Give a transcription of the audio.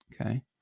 okay